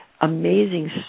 amazing